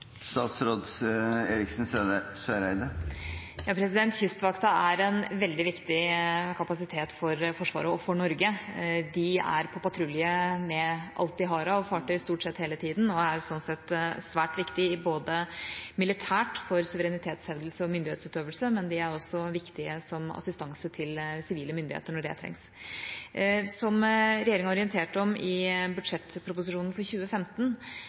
er en veldig viktig kapasitet for Forsvaret og for Norge. De er på patrulje med alt de har av fartøy, stort sett hele tida, og er sånn sett svært viktige – både militært for suverenitetshevdelse og myndighetsutøvelse og som assistanse til sivile myndigheter når det trengs. Som regjeringa orienterte om i budsjettproposisjonen for 2015,